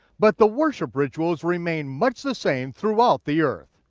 but the worship rituals remained much the same throughout the earth.